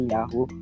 Yahoo